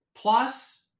Plus